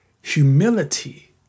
humility